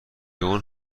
اون